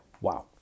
Wow